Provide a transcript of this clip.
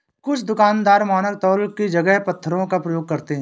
कुछ दुकानदार मानक तौल की जगह पत्थरों का प्रयोग करते हैं